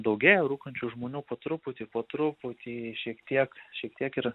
daugėja rūkančių žmonių po truputį po truputį šiek tiek šiek tiek ir